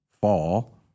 fall